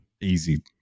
easy